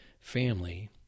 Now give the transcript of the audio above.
family